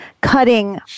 cutting